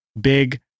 big